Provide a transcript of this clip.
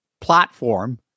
platform